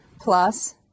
plus